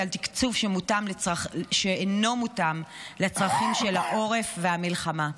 על תקצוב שמותאם לצרכים של העורף והמלחמה.